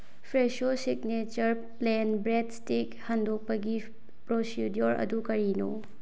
Fresho signature plain bread ꯏꯁꯇꯤꯛ ꯍꯟꯗꯣꯛꯄꯒꯤ procedure ꯑꯗꯨ ꯀꯔꯤꯅꯣ